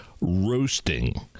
roasting